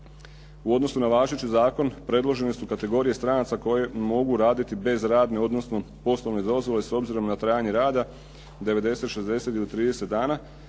U odnosu na važeći zakon predložene su kategorije stranaca koje mogu raditi bez radne odnosno poslovne dozvole s obzirom na trajanje rada 90, 60 ili 30 dana.